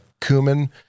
cumin